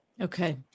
Okay